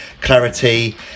Clarity